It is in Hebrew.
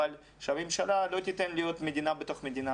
אבל שהממשלה לא תיתן להיות מדינה בתוך מדינה